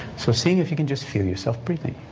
so see if you can just feel yourself breathing